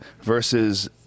versus